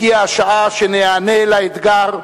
הגיעה השעה שניענה לאתגר,